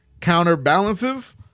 counterbalances